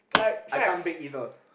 I can't bake either